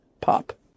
pop